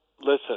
Listen